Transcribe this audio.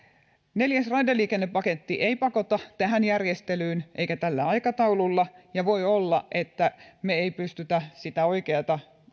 neljäs raideliikennepaketti ei pakota tähän järjestelyyn eikä tällä aikataululla ja voi olla että me emme pysty sitä oikeaa